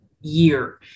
year